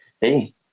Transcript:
hey